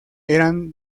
eran